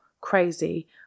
crazy